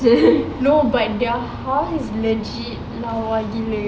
no but their house legit lawa gila